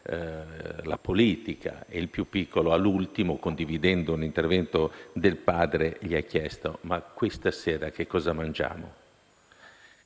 la politica, e il più piccolo, all'ultimo, condividendo l'intervento del padre, gli ha chiesto: «Ma questa sera che cosa mangiamo?».